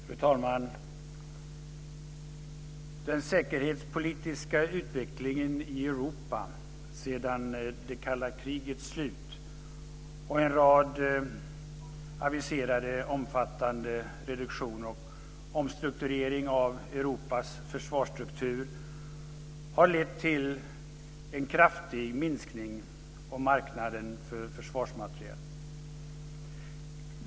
Fru talman! Den säkerhetspolitiska utvecklingen i Europa sedan det kalla krigets slut och en rad aviserade omfattande reduktioner och omstruktureringar av Europas försvarsstruktur har lett till en kraftig minskning av marknaden för försvarsmateriel.